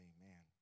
Amen